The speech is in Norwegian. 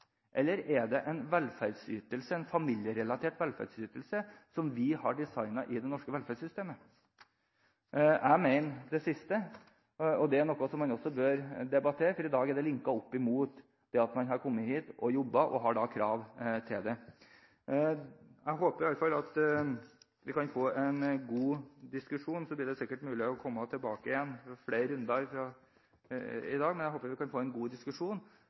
Eller er det en familierelatert velferdsytelse som vi har designet i det norske velferdssystemet? Jeg mener det siste, og det er også noe som man bør debattere, for i dag er det linket opp mot at man har kommet hit og jobbet og dermed har krav på ytelsen. Jeg håper i hvert fall at vi kan få en god diskusjon. Så blir det sikkert mulig å komme tilbake med flere runder etter i dag, men jeg håper vi kan få en god diskusjon